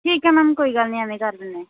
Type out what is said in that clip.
ਠੀਕ ਹੈ ਮੈਮ ਕੋਈ ਗੱਲ ਨਹੀਂ ਐਵੇਂ ਕਰ ਦਿੰਦੇ